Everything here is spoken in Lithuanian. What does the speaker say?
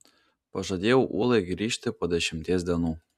pažadėjau ulai grįžti po dešimties dienų